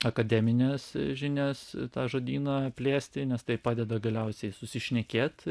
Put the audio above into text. akademines žinias tą žodyną plėsti nes tai padeda galiausiai susišnekėt